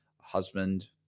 husband